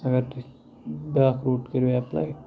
سارنٕے بیٛاکھ روٹ کٔرِو ایپلاے